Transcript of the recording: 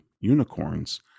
unicorns